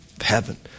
heaven